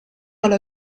alla